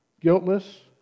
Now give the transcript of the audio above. guiltless